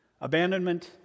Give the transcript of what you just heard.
abandonment